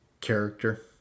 character